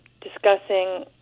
discussing